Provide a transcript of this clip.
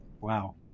wow